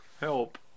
help